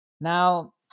Now